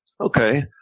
Okay